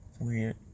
weird